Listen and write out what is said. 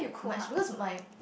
much because my